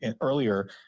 earlier